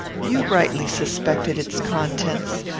you rightly suspected its contents.